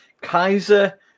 Kaiser